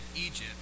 Egypt